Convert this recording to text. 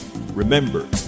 Remember